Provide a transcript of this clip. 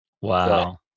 Wow